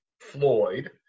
Floyd